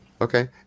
Okay